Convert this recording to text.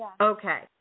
Okay